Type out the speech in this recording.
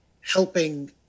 helping